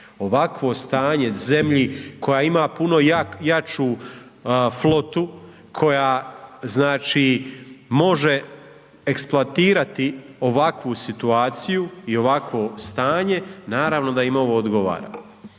ovakvo stanje zemlji koja ima puno jaču flotu, koja, znači, može eksploatirati ovakvu situaciju i ovakvo stanje, naravno da im ovo odgovara,